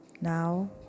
Now